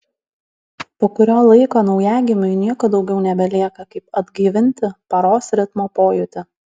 po kurio laiko naujagimiui nieko daugiau nebelieka kaip atgaivinti paros ritmo pojūtį